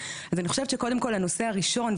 אז אני חושבת שקודם כל הנושא הראשון,